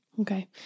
Okay